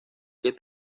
que